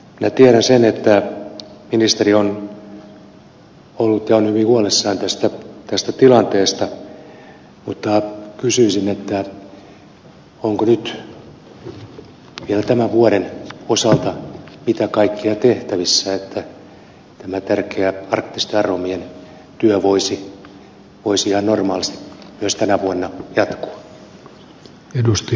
minä tiedän sen että ministeri on ollut ja on hyvin huolissaan tästä tilanteesta mutta kysyisin mitä kaikkea nyt vielä tämän vuoden osalta on tehtävissä että tämä tärkeä arktisten aromien työ voisi ihan normaalisti myös tänä vuonna jatkua